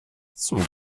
zum